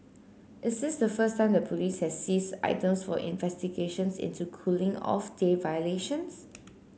is this the first time the police has seized items for investigations into cooling off day violations